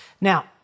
Now